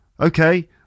Okay